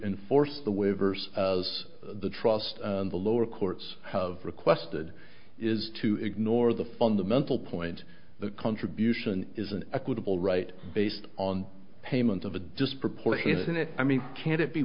enforce the waivers as the trust and the lower courts have requested is to ignore the fundamental point that contribution is an equitable right based on payment of a disproportionate i mean can't it be